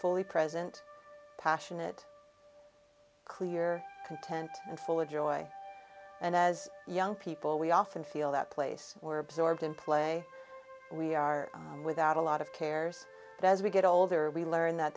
fully present passionate clear content and full of joy and as young people we often feel that place or absorbed in play we are without a lot of cares but as we get older we learn that